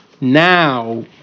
now